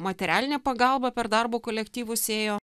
materialinė pagalba per darbo kolektyvus ėjo